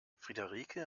friederike